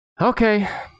Okay